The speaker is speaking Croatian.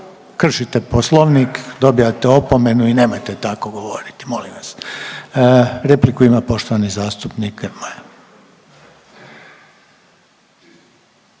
kršite Poslovnik, dobijate opomenu i nemojte tako govoriti molim vas. Repliku ima poštovani zastupnik